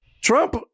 Trump